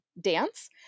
dance